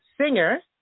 singer